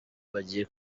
bagiye